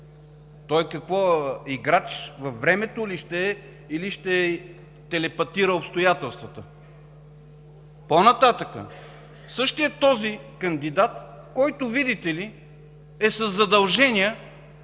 Той какво, играч във времето ли ще е, или ще телепатира обстоятелствата? По-нататък. Същият този кандидат, който, видите ли, е със задължения